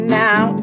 now